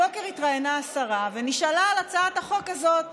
הבוקר התראיינה השרה ונשאלה על הצעת החוק הזאת: